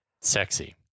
Sexy